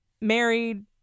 married